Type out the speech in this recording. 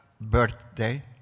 birthday